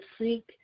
seek